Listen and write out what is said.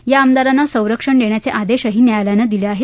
या आमदारांना संरक्षण देण्याचे आदेशही न्यायालयानं दिले आहेत